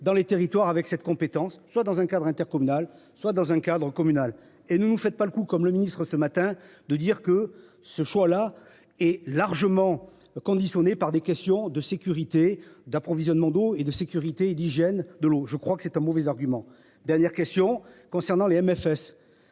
dans les territoires avec cette compétence soit dans un cadre intercommunal soit dans un cadre communal et ne nous faites pas le coup comme le Ministre ce matin de dire que ce choix là est largement conditionnée par des questions de sécurité d'approvisionnement d'eau et de sécurité et d'hygiène, de l'eau. Je crois que c'est un mauvais argument. Dernière question concernant le MFS.